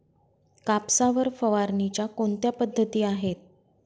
कापसावर फवारणीच्या कोणत्या पद्धती आहेत?